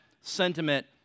sentiment